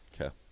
Okay